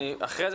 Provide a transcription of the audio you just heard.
אחר כך,